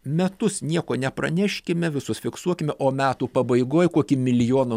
metus nieko nepraneškime visus fiksuokime o metų pabaigoj kokį milijoną